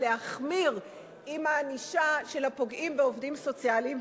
להחמיר בענישה של אלה הפוגעים בעובדים סוציאליים,